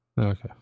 Okay